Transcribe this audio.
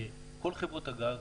כל חברות הגז